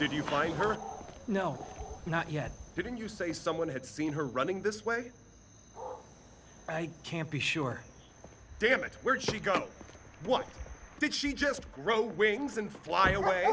did you find her no not yet didn't you say someone had seen her running this way i can't be sure damnit where she got what did she just grow wings and fly away